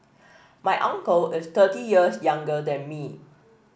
my uncle is thirty years younger than me